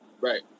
Right